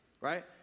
right